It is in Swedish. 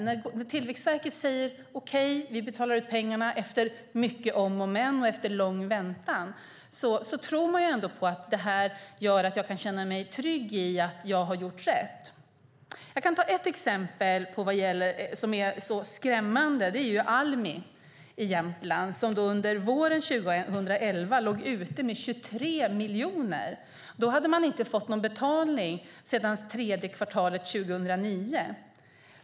När Tillväxtverket efter mycket om och men och efter lång väntan säger att de ska betala ut pengarna tror man ändå på att man kan känna sig trygg i att man har gjort rätt. Jag kan ta ett exempel som är skrämmande. Det gäller Almi i Jämtland, som under våren 2011 låg ute med 23 miljoner. Då hade de inte fått någon betalning sedan tredje kvartalet 2009.